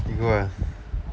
!wah!